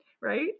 Right